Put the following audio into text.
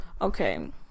okay